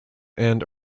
and